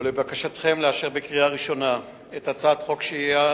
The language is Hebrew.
ולבקשכם לאשר בקריאה ראשונה את הצעת חוק שהייה